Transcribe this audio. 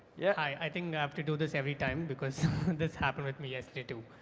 yeah hi, i think i have to do this every time, because this happened with me yesterday too.